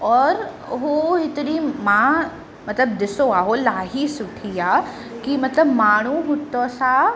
और हू हेतिरी मां मतिलबु ॾिसो आहे हू इलाही सुठी आहे कि मतिलबु माण्हू हुतां सां